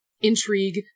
intrigue